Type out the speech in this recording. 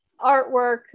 artwork